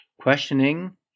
Questioning